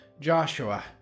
Joshua